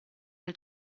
del